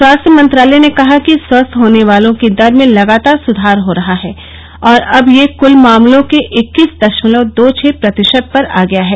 स्वास्थ्य मंत्रालय ने कहा कि स्वस्थ होने वालों की दर में लगातार सुधार हो रहा है और अब यह कूल मामलों के इक्कीस दशमलव दो छह प्रतिशत पर आ गया है